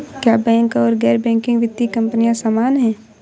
क्या बैंक और गैर बैंकिंग वित्तीय कंपनियां समान हैं?